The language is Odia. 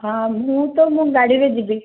ହଁ ମୁଁ ତ ମୁଁ ଗାଡ଼ିରେ ଯିବି